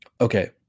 okay